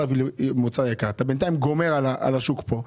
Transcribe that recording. מה שקורה בינתיים זה שאתה גומר על השוק פה,